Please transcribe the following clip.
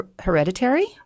hereditary